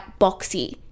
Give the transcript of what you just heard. boxy